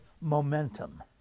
momentum